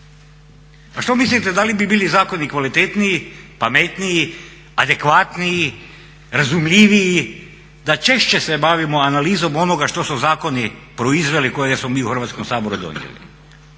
A što mislite da li bi bili zakoni kvalitetniji, pametniji, adekvatniji, razumljiviji da češće se bavimo analizom onoga što su zakoni proizveli kojega smo mi u Hrvatskom saboru donijeli.